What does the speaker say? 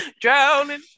Drowning